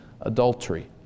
adultery